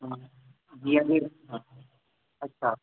हा जीअं बि अच्छा